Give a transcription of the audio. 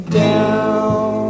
down